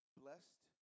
blessed